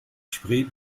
spree